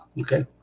Okay